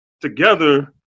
together